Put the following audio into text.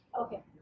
Okay